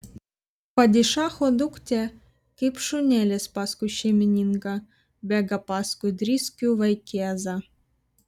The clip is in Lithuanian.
padišacho duktė kaip šunelis paskui šeimininką bėga paskui driskių vaikėzą